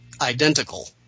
identical